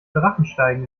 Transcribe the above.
drachensteigen